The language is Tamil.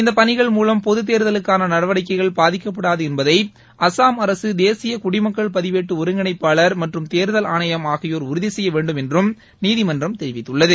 இந்த பணிகள் மூலம் பொதுத் தேர்தலுக்கான நடவடிக்கைகள் பாதிக்கப்படாது என்பதை அசாம் அரக தேசிய குடிமக்கள் பதிவேட்டு ஒருங்கிணைப்பாளர் மற்றும் தேர்தல் ஆணையம் ஆகியோர் உறுதி செய்ய வேண்டும் என்றும் நீதிமன்றம் தெரிவித்துள்ளது